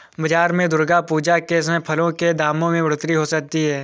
बाजार में दुर्गा पूजा के समय फलों के दामों में बढ़ोतरी हो जाती है